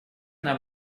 нам